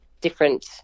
different